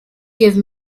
give